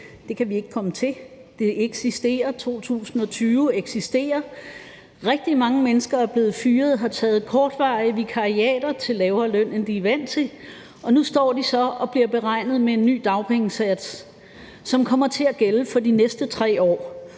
det kan vi ikke komme til; det eksisterer – 2020 eksisterer. Rigtig mange mennesker er blevet fyret og har taget kortvarige vikariater til lavere løn, end de er vant til, og nu står de så og bliver beregnet med en ny dagpengesats, som kommer til at gælde for de næste 3 år.